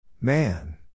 Man